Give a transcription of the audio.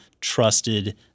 trusted